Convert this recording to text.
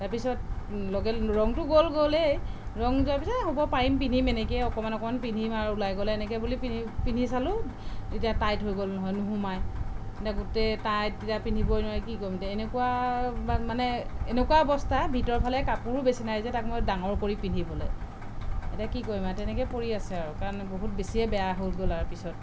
তাৰপিছত লগে ৰঙটো গ'ল গ'লেই ৰং যোৱাৰ পিছত হ'ব পাৰিম পিন্ধিম এনেকৈয়ে অকণমান অকণমান পিন্ধিম আৰু ওলায় গ'লে এনেকৈ বুলি পিন্ধি চালো এতিয়া টাইট হৈ গ'ল নহয় নোসোমাই এতিয়া গোটেই টাইট পিন্ধিবই নোৱাৰি কি কৰিম এতিয়া এনেকুৱা মানে এনেকুৱা অৱস্থা ভিতৰফালে কাপোৰো বেছি নাই যে তাক মই ডাঙৰ কৰি পিন্ধিবলৈ এতিয়া কি কৰিম আৰু তেনেকৈয়ে পৰি আছে আৰু কাৰণ বহুত বেছিয়েই বেয়া হৈ গ'ল আৰু পিছত